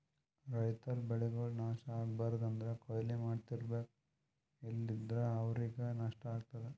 ರೈತರ್ ಬೆಳೆಗಳ್ ನಾಶ್ ಆಗ್ಬಾರ್ದು ಅಂದ್ರ ಕೊಯ್ಲಿ ಮಾಡ್ತಿರ್ಬೇಕು ಇಲ್ಲಂದ್ರ ಅವ್ರಿಗ್ ನಷ್ಟ ಆಗ್ತದಾ